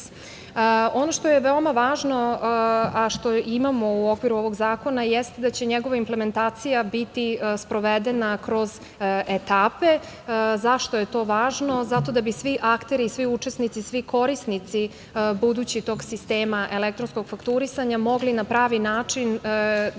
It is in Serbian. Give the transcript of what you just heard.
što je veoma važno, a što imamo u okviru ovog zakona, jeste da će njegova implementacija biti sprovedena kroz etape. Zašto je to važno? Zato da bi svi akteri i svi učesnici, svi budući korisnici tog sistema elektronskog fakturisanja mogli na pravi način da